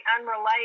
unrelated